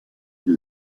une